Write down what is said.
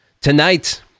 tonight